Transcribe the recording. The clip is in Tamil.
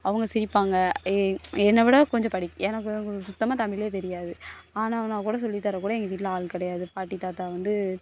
அவங்க சிரிப்பாங்க ஏ என்னைவிட கொஞ்சம் படி எனக்கு சுத்தமாக தமிழே தெரியாது அன ஆவன்ன சொல்லி தரக்கூட எங்கள் வீட்டில் ஆள் கிடையாது பாட்டி தாத்தா வந்து